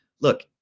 Look